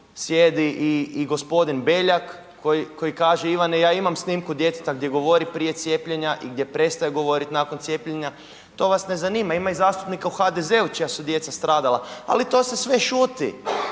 sjedi i gospodin Beljak koji kaže Ivane ja imam snimku djeteta gdje govori prije cijepljenja i gdje prestaje govoriti nakon cijepljenja. To vas ne zanima. Ima i zastupnika u HDZ-u čija su djeca stradala ali to se sve šuti.